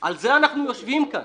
על זה אנחנו יושבים כאן.